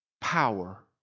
power